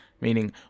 meaning